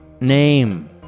Name